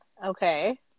Okay